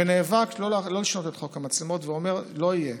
ונאבק שלא לשנות את חוק המצלמות, ואומר: לא יהיה,